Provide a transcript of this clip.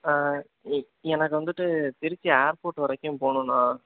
இ எனக்கு வந்துவிட்டு திருச்சி ஏர்போர்ட் வரைக்கும் போனும்ன்ணா